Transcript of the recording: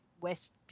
West